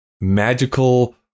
magical